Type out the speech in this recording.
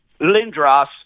Lindros